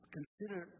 Consider